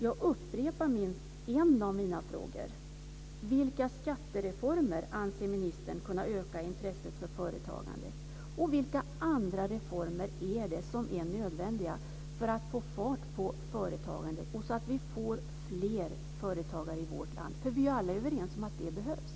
Jag upprepar ett par av mina frågor: Vilka skattereformer anser ministern kunna öka intresset för företagande? Vilka andra reformer är det som är nödvändiga för att få fart på företagandet och få fler företagare i Sverige? För vi är alla överens om att det behövs.